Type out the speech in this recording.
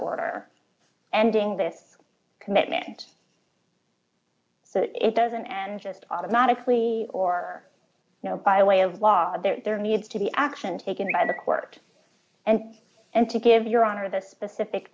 order ending this commitment it doesn't and just automatically or you know by way of law there needs to be action taken by the court and and to give your honor the specific